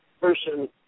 person